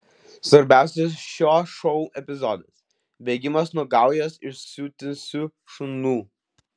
svarbiausias šio šou epizodas bėgimas nuo gaujos įsiutusių šunų